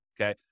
okay